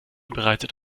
bereitet